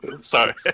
Sorry